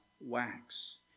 wax